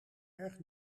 erg